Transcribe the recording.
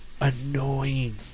annoying